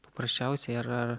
paprasčiausiai ar ar